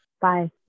Bye